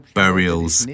burials